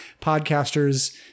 podcasters